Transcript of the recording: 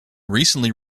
recently